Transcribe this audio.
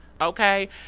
okay